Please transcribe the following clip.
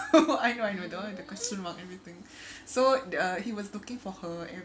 I know I know done with the question about everything so uh he was looking for her